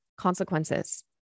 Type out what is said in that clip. consequences